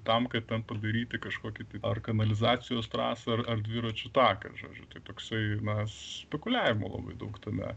tam kad ten padaryti kažkokį ar kanalizacijos trasą ar ar dviračių taką žodžiu tai toksai na spekuliavimo labai daug tame